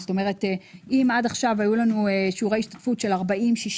כלומר אם עד כה היו לנו שיעורי השתתפות של 40-60,